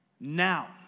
now